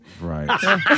Right